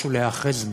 משהו להיאחז בו.